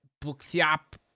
bookshop